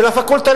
היה לקנות,